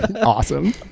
Awesome